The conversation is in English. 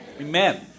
Amen